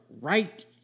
right